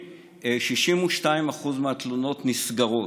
62% מהתלונות נסגרות.